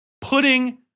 putting